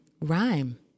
rhyme